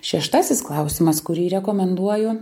šeštasis klausimas kurį rekomenduoju